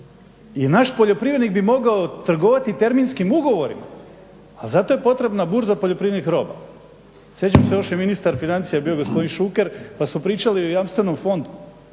i naš poljoprivrednik bi mogao trgovati terminskim ugovorima, ali zato je potrebna burza poljoprivrednih roba. Sjećam se još je ministar financija bio gospodin Šuker pa su pričali o jamstvenom fondu